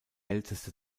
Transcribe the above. älteste